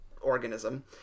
organism